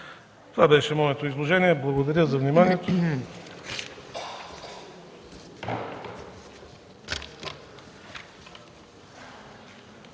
Това беше моето изложение. Благодаря за вниманието.